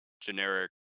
generic